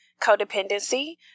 codependency